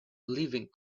living